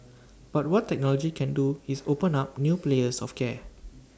but what technology can do is open up new players of care